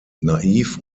naiv